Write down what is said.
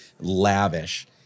lavish